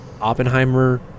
Oppenheimer